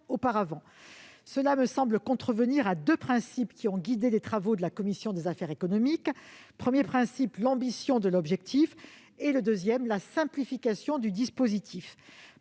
Cela me semble contrevenir à deux principes qui ont guidé les travaux de la commission des affaires économiques : l'ambition de l'objectif et la simplification du dispositif.